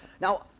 Now